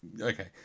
Okay